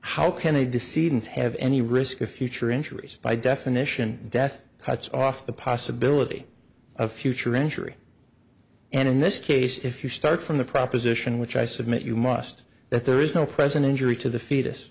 how can they deceive and have any risk of future injuries by definition death cuts off the possibility of future injury and in this case if you start from the proposition which i submit you must that there is no present injury to the fetus